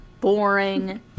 boring